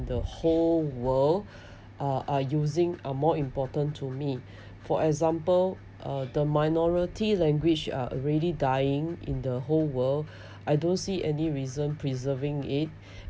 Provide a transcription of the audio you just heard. the whole world are are using are more important to me for example uh the minority language are already dying in the whole world I don't see any reason preserving it